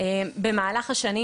במהלך השנים,